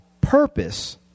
purpose